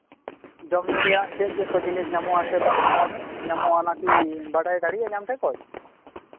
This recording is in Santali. ᱡᱚᱢ ᱧᱩ ᱨᱮᱭᱟᱜ ᱪᱮᱫ ᱪᱮᱫ ᱠᱚ ᱡᱤᱱᱤᱥ ᱧᱟᱢᱚᱜᱼᱟ ᱥᱮ ᱚᱠᱟ ᱠᱚ ᱢᱚᱡᱽ ᱤᱥᱤᱱ ᱧᱟᱢᱚᱜᱼᱟ ᱚᱱᱟᱠᱤ ᱵᱟᱲᱟᱭ ᱫᱟᱲᱮᱭᱟᱜ ᱟᱹᱧ ᱟᱢ ᱴᱷᱮᱱ ᱠᱷᱚᱱ